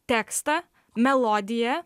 tekstą melodiją